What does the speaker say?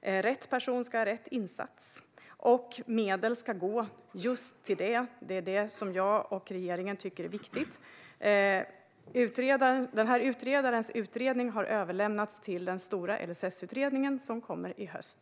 Rätt person ska ha rätt insats. Medel ska gå just till detta. Det är det som jag och regeringen tycker är viktigt. Utredarens utredning har överlämnats till den stora LSS-utredningen, som kommer i höst.